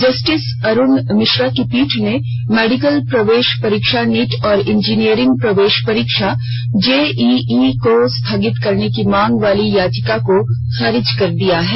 justice Arun Mishra की पीठ ने मेडिकल प्रवेश परीक्षा नीट और इंजीनियरिंग प्रवेश परीक्षा जेईईई को स्थगित करने की मांग वाली याचिका को खारिज कर दिया है